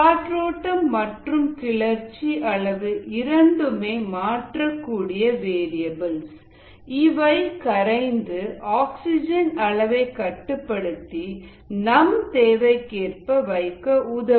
காற்றோட்டம் மற்றும் கிளர்ச்சி அளவு இரண்டுமே மாற்றக்கூடிய வேரிஎபில்ஸ் இவை கரைந்த ஆக்ஸிஜன் அளவை கட்டுப்படுத்தி நம் தேவைக்கேற்ப வைக்க உதவும்